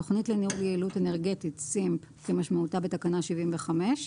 תכנית לניהול יעילות אנרגטית (SEEMP) כמשמעותה בתקנה 75,